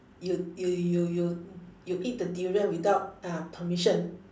you you you you you you eat the durian without uh permission